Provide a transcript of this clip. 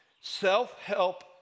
Self-help